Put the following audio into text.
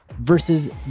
versus